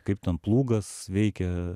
kaip ten plūgas veikia